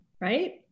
right